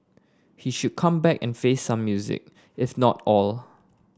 he should come back and face some music if not all